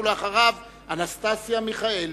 אחריה, חברת הכנסת אנסטסיה מיכאלי.